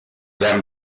them